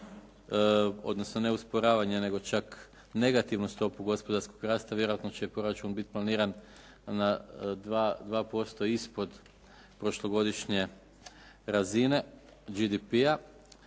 odnosno ne usporavanje nego čak negativnu stopu gospodarskog rasta vjerojatno će proračun biti planiran na 2% ispod prošlogodišnje razine GDP-a.